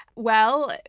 well,